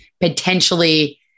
potentially